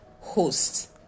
host